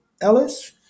Ellis